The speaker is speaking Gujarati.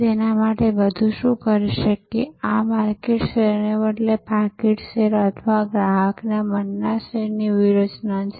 લોકો પણ ત્યાં સમાન કાર્ય નીતિના સેવા આપતા લોકો છે તેઓ ખૂબ જ સુખદ છેલોકો સામાન્ય રીતે તેમની સાથે કામ કરવાની ખૂબ સારી સમજ ધરાવે છે